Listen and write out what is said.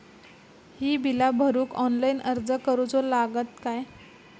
ही बीला भरूक ऑनलाइन अर्ज करूचो लागत काय?